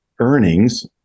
Earnings